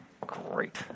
Great